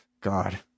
God